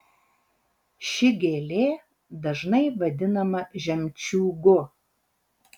ši gėlė dažnai vadinama žemčiūgu